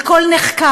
על כל נחקר,